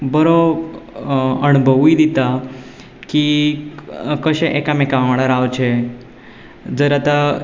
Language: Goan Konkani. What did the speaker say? बरो अणभवूय दिता की कशें एकामेका वांगडा रावचें जर आतां